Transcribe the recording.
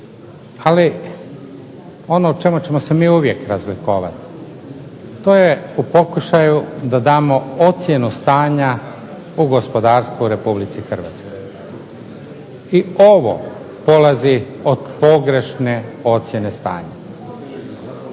Ali ono o čemu ćemo se mi uvijek razlikovati to je u pokušaju da damo ocjenu stanja u gospodarstvu u Republici Hrvatskoj. I ovo polazi od pogrešne ocjene stanja.